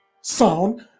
sound